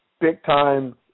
big-time